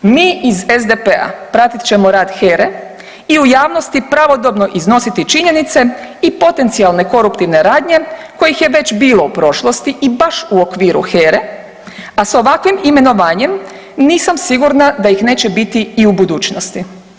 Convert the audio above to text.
Mi iz SDP-a pratit ćemo rad HERE i u javnosti pravodobno iznositi činjenice i potencijalne koruptivne radnje kojih je već bilo u prošlosti i baš u okviru HERE, a s ovakvim imenovanjem nisam sigurna da ih neće biti i u budućnosti.